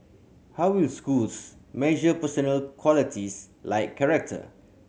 how will schools measure personal qualities like character